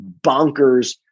bonkers